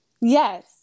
Yes